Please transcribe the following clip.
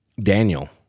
Daniel